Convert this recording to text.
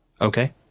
Okay